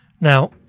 Now